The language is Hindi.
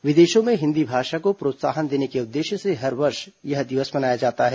विदेशों में हिंदी भाषा को प्रोत्साहन देने के उद्देश्य से हर वर्ष यह दिवस मनाया जाता है